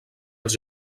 als